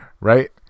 Right